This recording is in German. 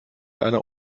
einer